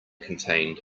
contained